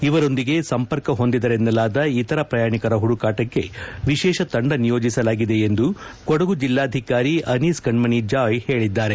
ಇವರೊಂದಿಗೆ ಸಂಪರ್ಕ ಹೊಂದಿದರೆನ್ನಲಾದ ಇತರ ಪ್ರಯಾಣಿಕರ ಹುಡುಕಾಟಕ್ಕೆ ವಿಶೇಷ ತಂಡ ನಿಯೋಜಿಸಲಾಗಿದೆ ಎಂದು ಕೊಡಗು ಜಿಲ್ಲಾಧಿಕಾರಿ ಅನ್ನೀಸ್ ಕಣ್ಮನಿ ಜಾಯ್ ಹೇಳಿದ್ದಾರೆ